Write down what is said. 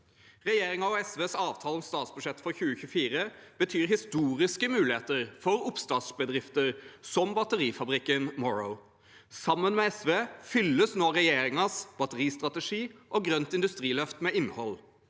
Regjeringen og SVs avtale om statsbudsjettet for 2024 betyr historiske muligheter for oppstartsbedrifter som batterifabrikken Morrow. Sammen med SV fylles nå regjeringens batteristrategi og Grønt industriløft med innhold